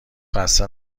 خسته